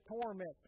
torment